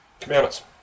commandments